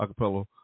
Acapella